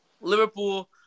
Liverpool